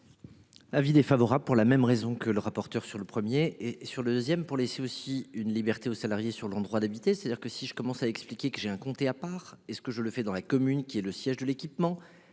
Avis défavorable pour la même raison que le rapporteur sur le premier et sur le deuxième pour les c'est aussi une liberté aux salariés sur l'endroit d'habiter, c'est-à-dire que si je commence à l'expliquer que j'ai un compte à part, est ce que je le fais dans la commune, qui est le siège de l'équipement.